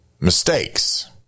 mistakes